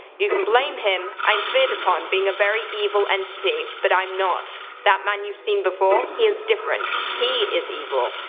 you can blame him. i am feared upon being a very evil entity. but i'm not. that man you've seen before. he is different. he is evil.